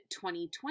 2020